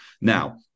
Now